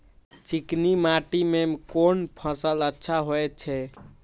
चिकनी माटी में कोन फसल अच्छा होय छे?